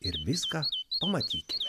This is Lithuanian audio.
ir viską pamatykime